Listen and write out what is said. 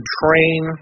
train